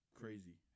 crazy